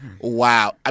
Wow